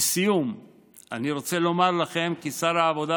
לסיום אני רוצה לומר לכם כי שר העבודה,